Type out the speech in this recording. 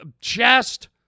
chest